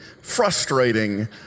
frustrating